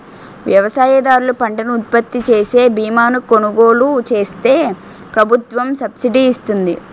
వ్యవసాయదారులు పంటను ఉత్పత్తిచేసే బీమాను కొలుగోలు చేస్తే ప్రభుత్వం సబ్సిడీ ఇస్తుంది